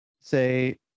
say